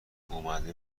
اومده